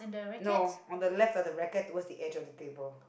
no on the left of the racket towards the edge of the table